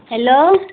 hello